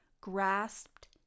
grasped